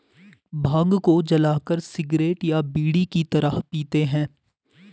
भांग को जलाकर सिगरेट या बीड़ी की तरह पीते हैं